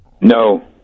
No